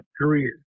career